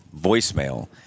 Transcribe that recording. voicemail